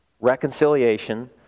reconciliation